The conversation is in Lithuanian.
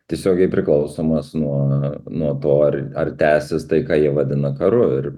tiesiogiai priklausomas nuo nuo to ar ar tęsis tai ką jie vadina karu ir